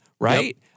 right